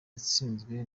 yatsinzwe